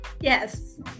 yes